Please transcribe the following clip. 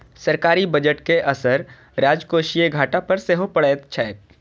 सरकारी बजट के असर राजकोषीय घाटा पर सेहो पड़ैत छैक